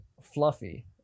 fluffy